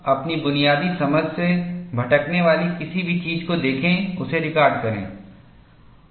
अपनी बुनियादी समझ से भटकने वाली किसी भी चीज़ को देखें उसे रिकॉर्ड करें